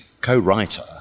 co-writer